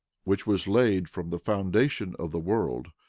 which was laid from the foundation of the world,